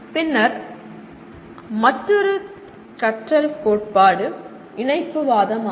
பின்னர் மற்றொரு கற்றல் கோட்பாடு "இணைப்புவாதம்" ஆகும்